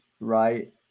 right